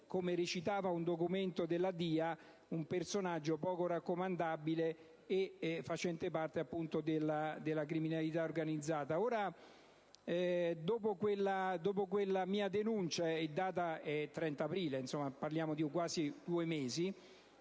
come recita un documento della DIA - come un personaggio poco raccomandabile e facente parte della criminalità organizzata. Dopo la mia denuncia, che risale al 30 aprile - parliamo dunque di quasi due mesi